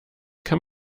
kann